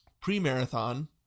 pre-marathon